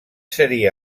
seria